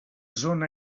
zona